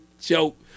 joke